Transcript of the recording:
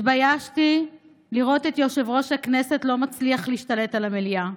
התביישתי לראות את יושב-ראש הכנסת לא מצליח להשתלט על המליאה,